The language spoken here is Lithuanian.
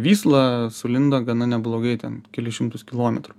vyslą sulindo gana neblogai ten kelis šimtus kilometrų